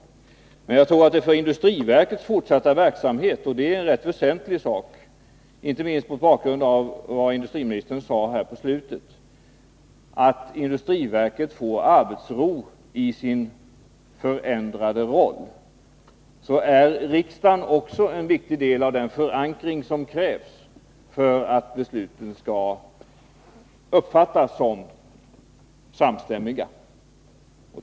Jag tror emellertid att det för industriverkets fortsatta verksamhet är viktigt — och det är rätt väsentligt inte minst mot bakgrund av vad industriministern sade mot slutet av sitt anförande — att verket får arbetsro i sin förändrade roll. Riksdagen är också en viktig del av den förankring som krävs för att besluten skall uppfattas som samstämmiga.